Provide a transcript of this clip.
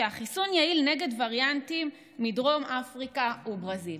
שהחיסון יעיל נגד וריאנטים מדרום אפריקה וברזיל.